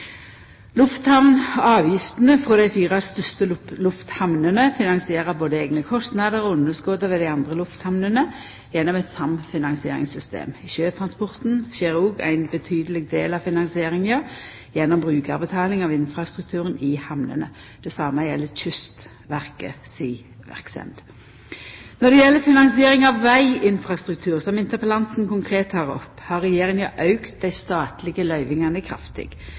sal. Lufthamnavgiftene frå dei fire største lufthamnene finansierer både eigne kostnader og underskota ved dei andre lufthamnene gjennom eit samfinansieringssystem. I sjøtransporten skjer òg ein betydeleg del av finansieringa gjennom brukarbetaling av infrastrukturen i hamnene. Det same gjeld Kystverket si verksemd. Når det gjeld finansiering av veginfrastruktur, som interpellanten konkret tek opp, har Regjeringa auka dei statlege løyvingane kraftig.